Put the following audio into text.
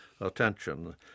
attention